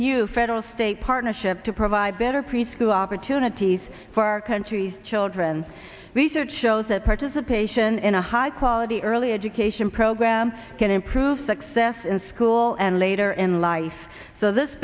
new federal state partnership to provide better preschool opportunities for our country's children research shows that participation in a high quality early education program can improve success in school and later in life so this